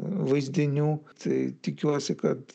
vaizdinių tai tikiuosi kad